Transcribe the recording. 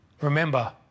Remember